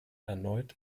erneut